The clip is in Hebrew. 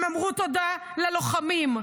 הם אמרו תודה ללוחמים,